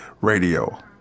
Radio